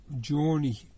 journey